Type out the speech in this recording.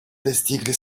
достигли